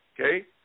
okay